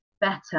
better